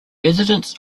residents